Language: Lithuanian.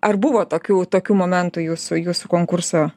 ar buvo tokių tokių momentų jūsų jūsų konkurso